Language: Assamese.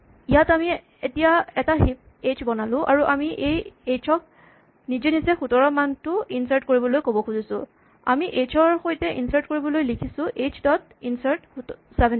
ইয়াত আমি এতিয়া এটা হিপ এইচ বনালো আৰু আমি এইচ ক নিজে নিজে ১৭ মানটো ইনচাৰ্ট কৰিবলৈ ক'ব খুজিছোঁ আমি এইচ ৰ সৈতে ইনচাৰ্ট কৰিবলৈ লিখিছোঁ এইচ ডট ইনছাৰ্ট ১৭